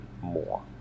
more